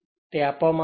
તે આપવામાં આવ્યું છે